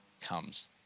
comes